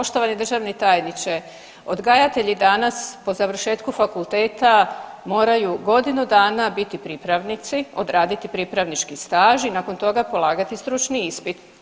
Poštovani državni tajniče, odgajatelji danas po završetku fakulteta moraju godinu dana biti pripravnici, odraditi pripravnički staž i nakon toga polagati stručni ispit.